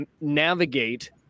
navigate